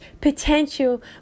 potential